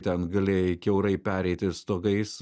ten galėjai kiaurai pereiti stogais